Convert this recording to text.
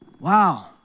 Wow